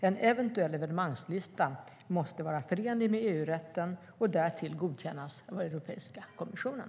En eventuell evenemangslista måste vara förenlig med EU-rätten och därtill godkännas av Europeiska kommissionen.